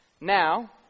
now